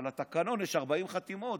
אבל התקנון, יש 40 חתימות.